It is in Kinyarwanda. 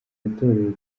yatorewe